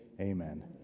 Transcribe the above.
amen